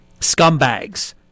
Scumbags